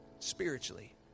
Spiritually